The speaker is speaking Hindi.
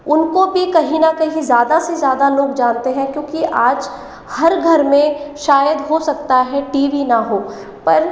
उनको भी कहीं ना कहीं ज़्यादा से ज़्यादा लोग जानते हैं क्यूँकि आज हर घर में शायद हो सकता है टी वी ना हो पर